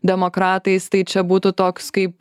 demokratais tai čia būtų toks kaip